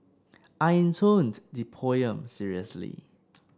I intoned the poem seriously